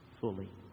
fully